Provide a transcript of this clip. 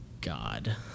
God